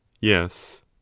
yes